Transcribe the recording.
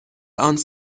خانوم